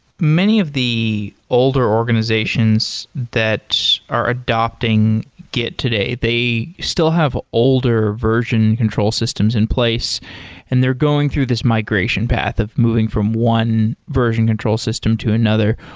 many of the older organizations that are adapting git today, they still have older version control systems in place and they're going through this migration path of moving from one version control system to another.